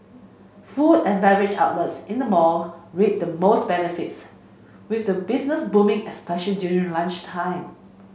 food and beverage outlets in the mall reaped the most benefits with the business booming especially during lunchtime